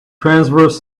transverse